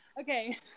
Okay